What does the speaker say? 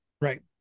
Right